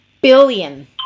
billion